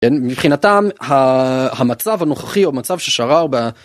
מבחינתם המצב הנוכחי או המצב ששרר ב...